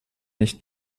nicht